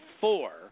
four